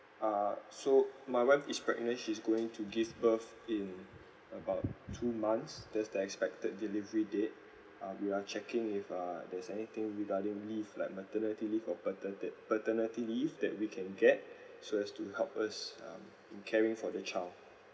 uh so my wife is pregnant she's going to give birth in about two months that's the expected delivery date um we are checking if uh there's anything regarding leave like maternity leave or paterni~ paternity leave that we can get so as to help us um in caring for the child